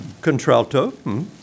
Contralto